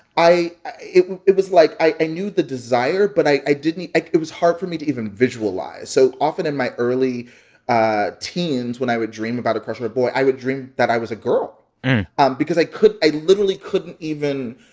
i it it was like i i knew the desire, but i i didn't i it was hard for me to even visualize. so often in my early teens when i would dream about a crush or a boy, i would dream that i was a girl um because i could i literally couldn't even